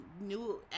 new